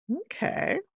Okay